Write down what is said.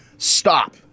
Stop